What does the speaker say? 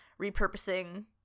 repurposing